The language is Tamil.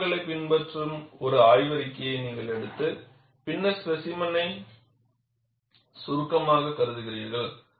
இந்த கோடுகளைப் பின்பற்றும் ஒரு ஆய்வறிக்கையை நீங்கள் எடுத்து பின்னர் ஸ்பேசிமென்னை சுருக்கமாகக் கருதுகிறீர்கள்